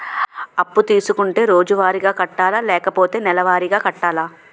అప్పు తీసుకుంటే రోజువారిగా కట్టాలా? లేకపోతే నెలవారీగా కట్టాలా?